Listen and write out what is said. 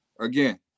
Again